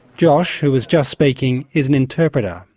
josh, who was just speaking, is an interpreter,